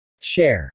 Share